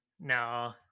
no